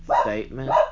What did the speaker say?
statement